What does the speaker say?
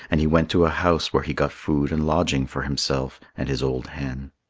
and he went to a house where he got food and lodging for himself and his old hen.